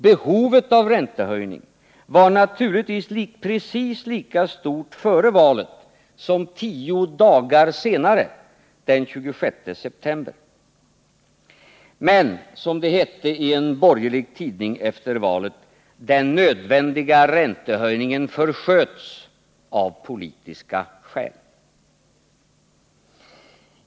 Behovet av räntehöjning var naturligtvis precis lika stort före valet som 10 dagar senare, den 26 september. Men, som det hette i en borgerlig tidning efter valet, den nödvändiga räntehöjningen försköts av politiska skäl.